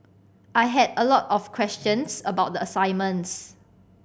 I had a lot of questions about the assignments